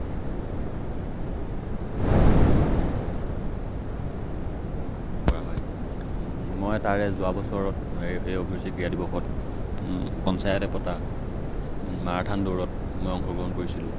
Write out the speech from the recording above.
cycling biking এইবিলাক এইবিলাক অনুষ্ঠিত কৰা হয় ফুটবল এইবিলাক অনুষ্ঠিত কৰা হয় মই তাৰে যোৱা বছৰত এই অভিৰুচি ক্ৰীড়া দিৱসত পঞ্চায়তে পতা মাৰাথান দৌৰত মই অংশগ্ৰহণ কৰিছিলোঁ